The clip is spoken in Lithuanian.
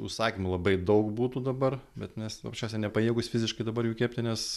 užsakymų labai daug būtų dabar bet mes paprasčiausiai nepajėgūs fiziškai dabar jų kepti nes